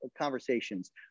conversations